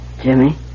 Jimmy